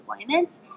employment